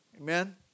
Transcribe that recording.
amen